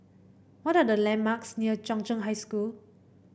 what are the landmarks near Chung Cheng High School